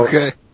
Okay